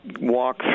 walk